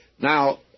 Now